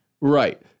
Right